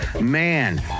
man